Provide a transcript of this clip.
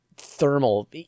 thermal